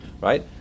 right